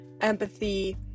empathy